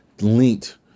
linked